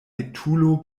etulo